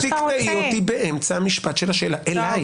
אל תקטעי אותי באמצע המשפט של השאלה אליך.